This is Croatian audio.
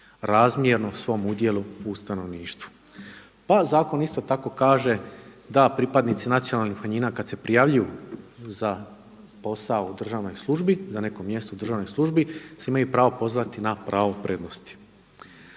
razmjerno svom udjelu u stanovništvu. Pa zakon isto tako kaže da pripadnici nacionalnih manjina kad se prijavljuju za posao u državnoj službi, za neko mjesto u državnoj službi se imaju pravo pozvati na pravo prednosti.